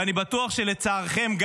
ואני בטוח שגם לצערכם,